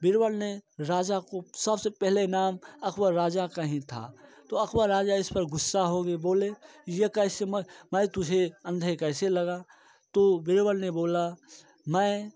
बीरबल ने राजा को सब से पहला नाम अकबर राजा का ही था तो अकबर राजा इस पर ग़ुस्सा हो गए बोले ये कैसे मैं तुझे अंधे कैसे लगा तो बीरबल ने बोला मैं